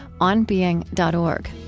onbeing.org